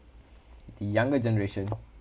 the younger generation